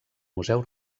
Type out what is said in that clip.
museu